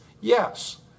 Yes